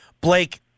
Blake